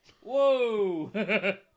Whoa